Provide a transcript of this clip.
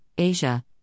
Asia